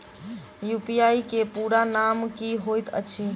UPI केँ पूरा नाम की होइत अछि?